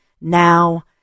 now